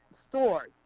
stores